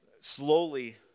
slowly